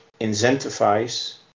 incentivize